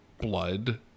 blood